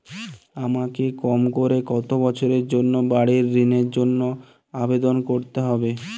আমাকে কম করে কতো বছরের জন্য বাড়ীর ঋণের জন্য আবেদন করতে হবে?